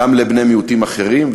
גם לבני מיעוטים אחרים,